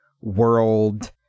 world